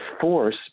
force